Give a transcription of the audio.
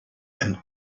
and